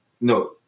No